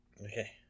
Okay